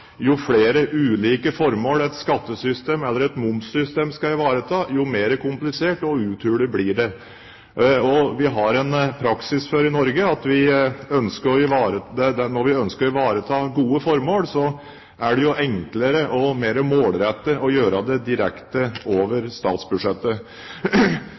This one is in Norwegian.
jo flere ulike formål et skattesystem eller et momssystem skal ivareta, jo mer komplisert og uthulet blir det. Og vi har en praksis for i Norge at når vi ønsker å ivareta gode formål, er det enklere og mer målrettet å gjøre det direkte